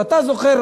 ואתה זוכר,